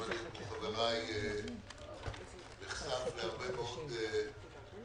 גם אני כמו חבריי נחשף להרבה מאוד בקשות